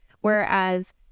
whereas